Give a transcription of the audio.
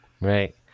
Right